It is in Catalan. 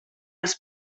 les